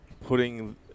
putting